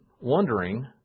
wondering